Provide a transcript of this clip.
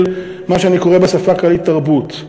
של מה שאני קורא בשפה הכללית תרבות.